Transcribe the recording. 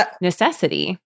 necessity